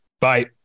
Bye